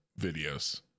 videos